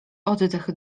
oddech